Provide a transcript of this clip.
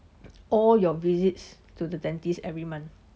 all your visits to the dentist every month